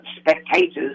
spectators